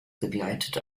begleitet